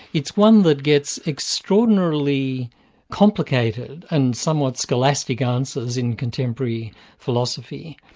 it's one that gets extraordinarily complicated and somewhat scholastic answers in contemporary philosophy.